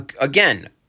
again